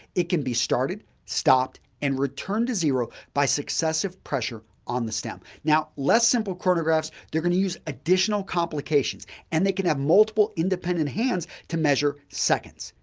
it can be started, stopped, and returned to zero by successive pressure on the stamp. now, less simple chronographs, they're going to use additional complication and they can have multiple independent hands to measure seconds,